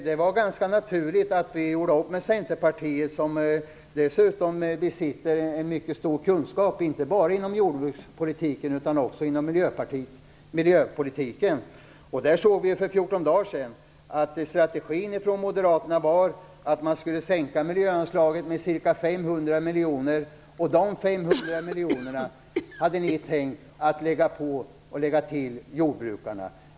Det var ganska naturligt att vi gjorde upp med Centerpartiet, som dessutom besitter en mycket stor kunskap inte bara inom jordbrukspolitiken utan också inom miljöpolitiken. Där såg vi för 14 dagar sedan att moderaternas strategi var att sänka miljöanslaget med ca 500 miljoner. De 500 miljonerna hade ni tänkt lägga på jordbrukarna.